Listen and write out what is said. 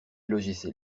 logiciels